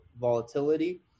volatility